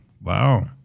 Wow